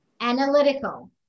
analytical